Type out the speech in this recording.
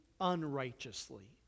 unrighteously